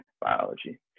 biology